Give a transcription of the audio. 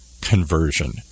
conversion